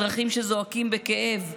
אזרחים שזועקים בכאב.